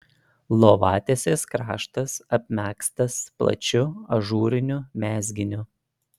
lovatiesės kraštas apmegztas plačiu ažūriniu mezginiu